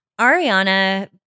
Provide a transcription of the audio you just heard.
Ariana